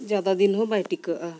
ᱡᱟᱫᱟ ᱫᱤᱱ ᱦᱚᱸ ᱵᱟᱭ ᱴᱤᱠᱟᱹᱜᱼᱟ